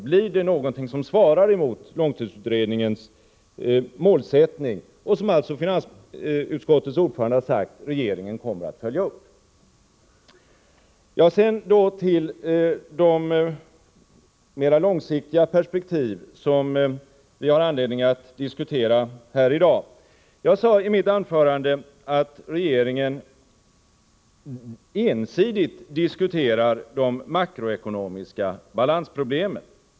Blir det någonting som svarar mot långtidsutredningens målsättning, som alltså finansutskottets ordförande sagt att regeringen kommer att följa? Sedan till de mera långsiktiga perspektiv som vi har anledning att diskutera häri dag. Jag sade i mitt anförande tidigare att regeringen ensidigt diskuterar de makroekonomiska balansproblemen.